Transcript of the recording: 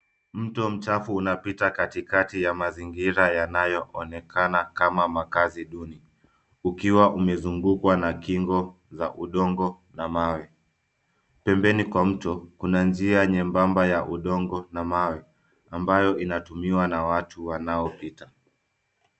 Mto mchafu unapita katikati ya mazingira yanayoonekana kama makazi duni ukiwa umezungukwa na kingo za udongo na mawe. Pembeni kwa mto, kuna njia nyembamba ya udongo na mawe ambayo inatumiwa na watu wanaopita.